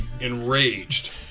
enraged